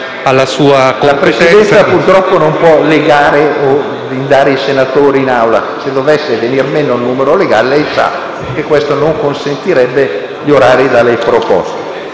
La Presidenza purtroppo non può legare o blindare i senatori in Aula. Se dovesse venir meno il numero legale, lei sa che questo non consentirebbe di lavorare negli orari da lei proposti.